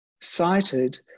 cited